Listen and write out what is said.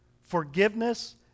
Forgiveness